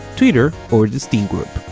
twitter or the steam group.